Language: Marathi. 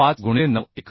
05 गुणिले 9 1